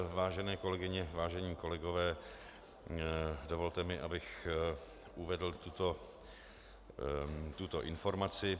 Vážené kolegyně, vážení kolegové, dovolte mi, abych uvedl tuto informaci.